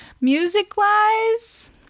Music-wise